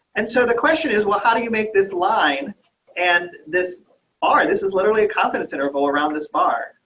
and so the question is, well, how do you make this line and this are. this is literally a confidence interval around this bar.